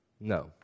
No